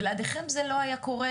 ובלעדיכם זה לא היה קורה.